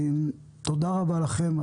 תודה רבה לכם.